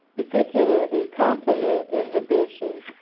particularly complement inhibition.